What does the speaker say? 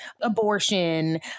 abortion